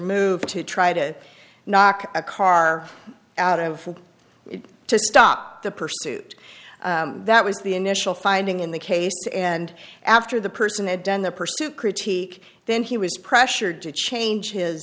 move to try to knock a car out of it to stop the pursuit that was the initial finding in the case and after the person had done the pursuit critique then he was pressure to change his